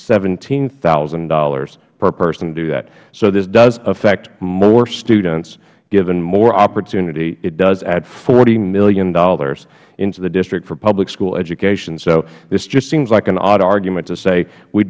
seventeen thousand dollars per person to do that so this does affect more students given more opportunity it does add forty dollars million into the district for public school education so this just seems like an odd argument to say we